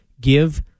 give